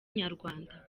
inyarwanda